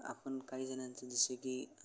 आपण काही जणांचं जसं की